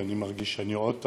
ואני מרגיש שאני עדיין טרי,